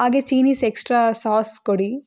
ಹಾಗೆ Chinese extra sauce ಕೊಡಿ